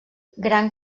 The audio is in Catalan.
gran